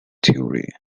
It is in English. theory